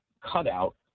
cutout